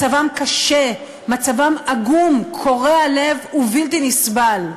מצבם קשה, מצבם עגום, קורע לב ובלתי נסבל,